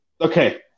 Okay